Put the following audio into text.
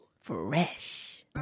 Fresh